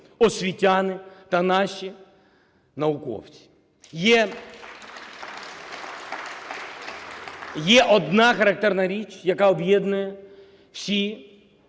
освітяни та наші науковці. Є одна характерна річ, яка об'єднує всі